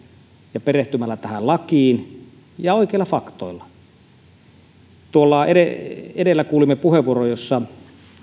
ja perehtymällä tähän lakiin ja oikeilla faktoilla edellä kuulimme puheenvuoron jossa